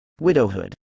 Widowhood